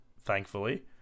thankfully